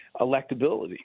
electability